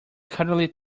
cuddly